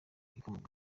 ikomoka